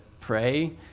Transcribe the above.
pray